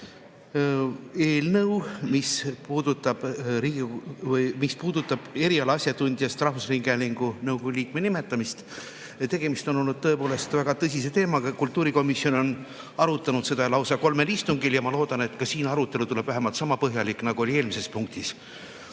eelnõu, mis puudutab eriala asjatundjast rahvusringhäälingu nõukogu liikme nimetamist. Tegemist on olnud tõepoolest väga tõsise teemaga, kultuurikomisjon on arutanud seda lausa kolmel istungil, ja ma loodan, et ka siinne arutelu tuleb vähemalt sama põhjalik, nagu oli eelmises punktis. Kogu